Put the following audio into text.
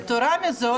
יתרה מזאת,